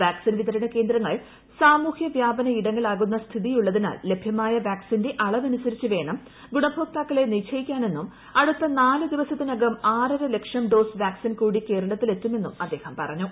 vaccine വിതരണ കേന്ദ്രങ്ങൾ സാമൂഹ്യവ്യാപന ഇടങ്ങളാകുന്ന സ്ഥിതിയുള്ളതിനാൽ ലഭ്യമാർയ വാക്സിന്റെ അളവനുസരിച്ച് വേണം ഗുണഭോക്തിക്കുള്ള നിശ്ചയിക്കാനെന്നും അടുത്ത നാലുദിവസത്തിനകം ആറ്റർലക്ഷം ഡോസ് വാക്സിൻ കൂടി കേരളത്തിലെത്തുമെന്നും ്അദ്ദേഹം പറഞ്ഞു